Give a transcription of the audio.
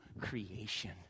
creation